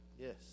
Yes